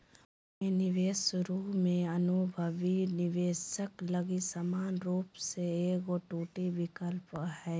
bond में निवेश शुरु में अनुभवी निवेशक लगी समान रूप से एगो टू विकल्प हइ